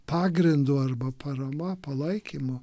pagrindu arba parama palaikymo